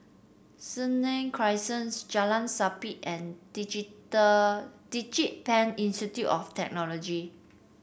Senang Crescent Jalan Sabit and DigiPen Institute of Technology